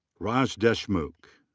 raj deshmukh.